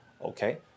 Okay